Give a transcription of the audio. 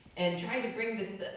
and trying to bring this,